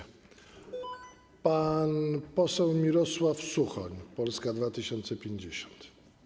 Pan poseł Mirosław Suchoń, Polska 2050.